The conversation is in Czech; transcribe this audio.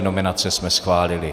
Nominace jsme schválili.